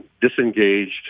disengaged